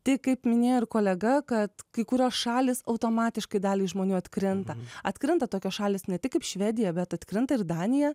tik kaip minėjo ir kolega kad kai kurios šalys automatiškai daliai žmonių atkrinta atkrinta tokios šalys ne tik kaip švedija bet atkrinta ir danija